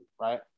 right